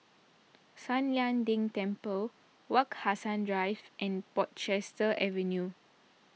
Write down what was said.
San Lian Deng Temple Wak Hassan Drive and Portchester Avenue